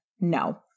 no